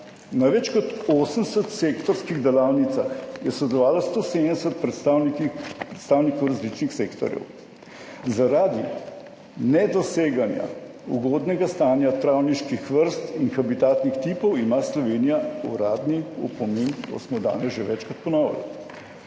Na več kot 80 sektorskih delavnicah je sodelovalo 170 predstavnikov različnih sektorjev. Zaradi nedoseganja ugodnega stanja travniških vrst in habitatnih tipov ima Slovenija uradni opomin. To smo danes že večkrat ponovili.